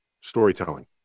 storytelling